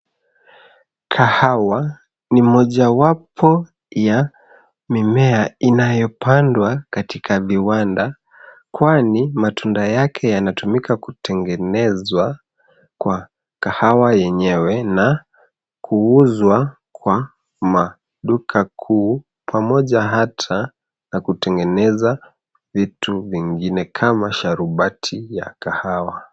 Kahawa ni mojawapo ya mimea inayopandwa katika viwanda kwani matunda yake yanatumika kutengenezwa kwa kahawa yenyewe na kuuzwa kwa maduka kuu pamoja hata na kutengeneza vitu vingine kama sharubati ya kahawa.